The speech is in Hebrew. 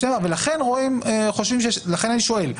ולכן אני שואל,